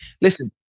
Listen